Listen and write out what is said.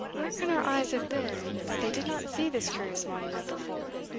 where can our eyes have been, that they did not see this curious monument before?